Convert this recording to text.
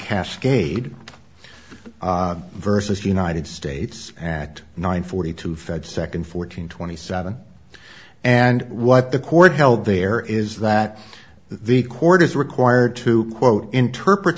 cascade versus united states at nine forty two fed second fourteen twenty seven and what the court held there is that the court is required to quote interpret